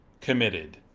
committed